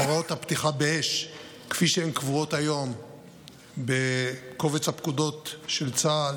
הוראות הפתיחה באש כפי שהן קבועות היום בקובץ הפקודות של צה"ל